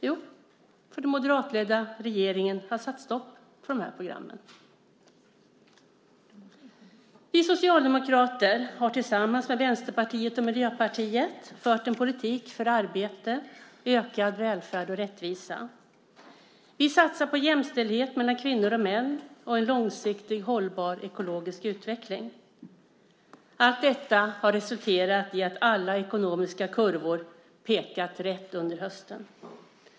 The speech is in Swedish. Jo, den moderatledda regeringen har satt stopp för de här programmen. Vi socialdemokrater har tillsammans med Vänsterpartiet och Miljöpartiet fört en politik för arbete, ökad välfärd och rättvisa. Vi satsar på jämställdhet mellan kvinnor och män och en långsiktig, hållbar ekologisk utveckling. Allt detta har resulterat i att alla ekonomiska kurvor pekat rätt under hösten.